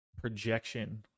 projection